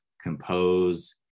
compose